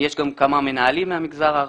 יש גם כמה מנהלים מהמגזר הערבי.